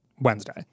Wednesday